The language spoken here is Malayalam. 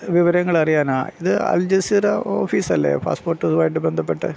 വിവരങ്ങളറിയാനാണ് ഇത് അൽജസീറ ഓഫീസല്ലേ പാസ്പോർട്ട് ഇതു ആയിട്ട് ബന്ധപ്പെട്ടെ